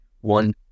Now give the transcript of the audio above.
One